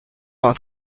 vingt